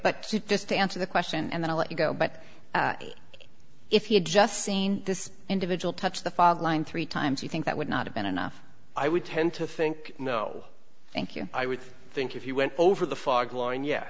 but just to answer the question and then i'll let you go but if he had just seen this individual touch the fog line three times you think that would not have been enough i would tend to think no thank you i would think if you went over the fog l